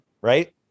right